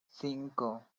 cinco